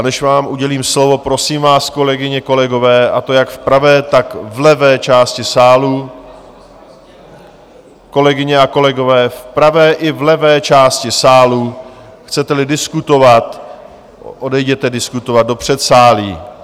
Než vám udělím slovo, prosím vás, kolegyně, kolegové, a to jak v pravé, tak v levé části sálu, kolegyně a kolegové, v pravé i levé části sálu, chceteli diskutovat, odejděte diskutovat do předsálí.